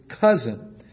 cousin